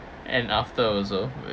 and after also